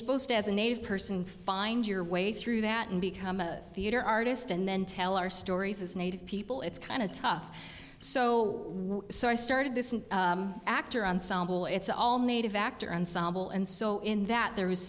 supposed to as a native person find your way through that and become a theater artist and then tell our stories as native people it's kind of tough so i started this an actor ensemble it's all native actor and sambal and so in that there is